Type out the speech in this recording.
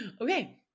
okay